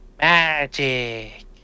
Magic